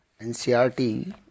NCRT